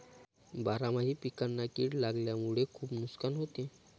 बारामाही पिकांना कीड लागल्यामुळे खुप नुकसान होते